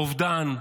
אובדן,